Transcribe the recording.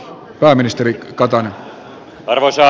arvoisa herra puhemies